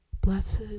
Blessed